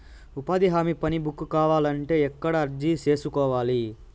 ఉపాధి హామీ పని బుక్ కావాలంటే ఎక్కడ అర్జీ సేసుకోవాలి?